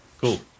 Cool